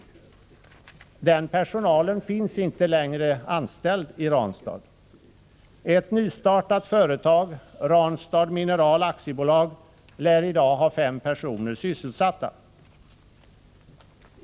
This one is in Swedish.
Den personalen finns inte längre anställd i Ranstad. Ett nystartat företag, Ranstad Mineral AB, lär i dag ha fem personer sysselsatta.